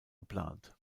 geplant